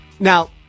Now